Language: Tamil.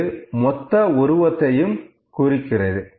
இது மொத்த உருவத்தையும் குறிக்கிறது